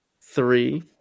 three